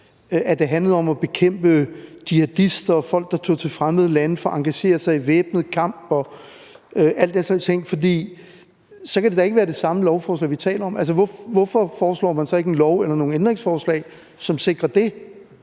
at det handlede om at bekæmpe jihadister og folk, der tager til fremmede lande for at engagere sig i væbnet kamp, og alle den slags ting, for så kan det da ikke være det samme lovforslag, vi taler om. Altså, hvorfor foreslår man så ikke en lov eller nogle ændringsforslag, som sikrer det?